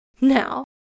Now